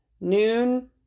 noon